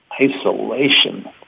isolation